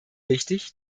wichtig